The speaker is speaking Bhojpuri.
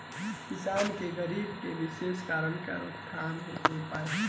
किसान के गरीबी के विशेष कारण रोकथाम हेतु उपाय?